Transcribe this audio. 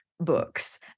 Books